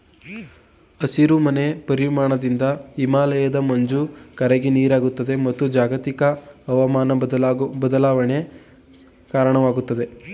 ಹಸಿರು ಮನೆ ಪರಿಣಾಮದಿಂದ ಹಿಮಾಲಯದ ಮಂಜು ಕರಗಿ ನೀರಾಗುತ್ತದೆ, ಮತ್ತು ಜಾಗತಿಕ ಅವಮಾನ ಬದಲಾವಣೆಗೆ ಕಾರಣವಾಗುತ್ತದೆ